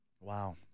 Wow